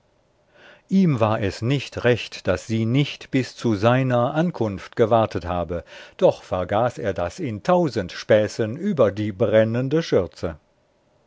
ihm war es nicht recht daß sie nicht bis zu seiner ankunft gewartet habe doch vergaß er das in tausend späßen über die brennende schürze